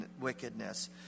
wickedness